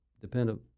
dependent